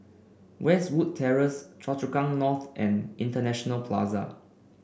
Westwood Terrace Choa Chu Kang North and International Plaza